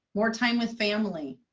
more time with family.